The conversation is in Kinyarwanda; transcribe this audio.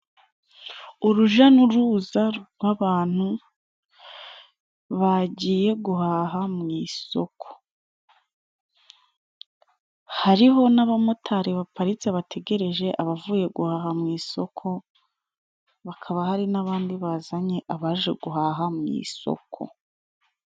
Uruja n'uruza rw'abantu bajyiye guhaha mu isoko. Hari ho n'abamotari baparitse bategereje abavuye guhaha mu isoko, bakaba hari n'abandi bazanye abaje guhaha mu isoko.